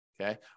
Okay